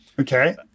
Okay